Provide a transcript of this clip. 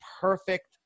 perfect